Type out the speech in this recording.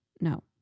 no